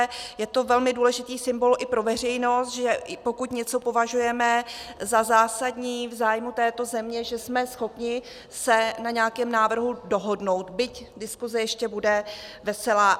Je to velmi důležitý symbol i pro veřejnost, že pokud něco považujeme za zásadní v zájmu této země, jsme schopni se na nějakém návrhu dohodnout, byť diskuse ještě bude veselá.